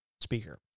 speaker